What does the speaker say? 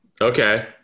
Okay